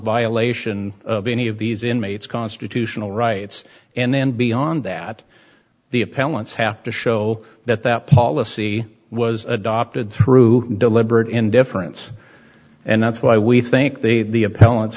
violation of any of these inmates constitutional rights and then beyond that the appellants have to show that that policy was adopted through deliberate indifference and that's why we think they the